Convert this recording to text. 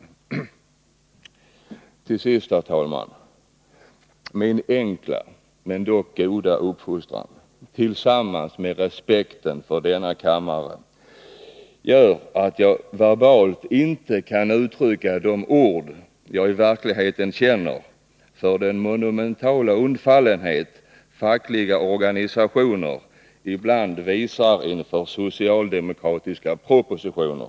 Till sist, herr talman, min enkla men ändock goda uppfostran tillsammans med respekten för denna kammare gör att jag verbalt inte kan uttrycka i ord vad jag i verkligheten känner för den monumentala undfallenhet fackliga organisationer ibland visar inför socialdemokratiska propositioner.